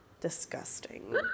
disgusting